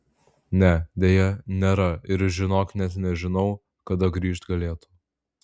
ne deja nėra ir žinok net nežinau kada grįžt galėtų